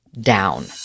down